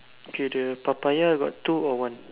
okay the Papaya got two or one